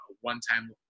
one-time